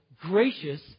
gracious